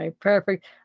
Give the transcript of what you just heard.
Perfect